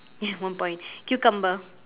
ya one point cucumber